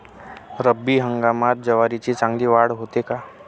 रब्बी हंगामात ज्वारीची चांगली वाढ होते का?